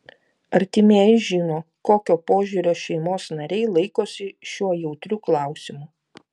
artimieji žino kokio požiūrio šeimos nariai laikosi šiuo jautriu klausimu